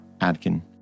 Adkin